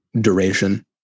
duration